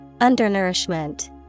Undernourishment